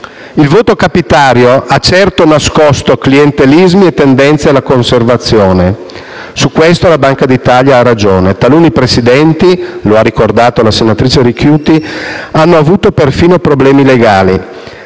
Il voto capitario ha certo nascosto clientelismi e tendenze alla conservazione. Su questo la Banca d'Italia ha ragione. Taluni presidenti - lo ha ricordato la senatrice Ricchiuti - hanno avuto perfino problemi legali.